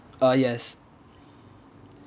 uh yes